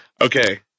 Okay